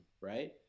right